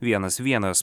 vienas vienas